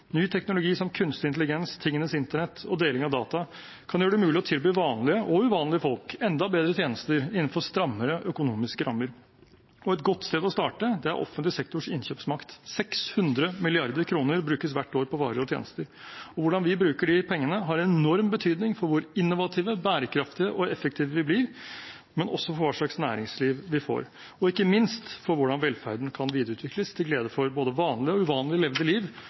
Ny teknologi, som kunstig intelligens, tingenes internett og deling av data, kan gjøre det mulig å tilby vanlige – og uvanlige – folk enda bedre tjenester innenfor strammere økonomiske rammer. Et godt sted å starte er offentlig sektors innkjøpsmakt. 600 mrd. kr brukes hvert år på varer og tjenester. Hvordan vi bruker de pengene, har enorm betydning for hvor innovative, bærekraftige og effektive vi blir, men også for hva slags næringsliv vi får, og ikke minst for hvordan velferden kan videreutvikles, til glede for både vanlig og uvanlig levd liv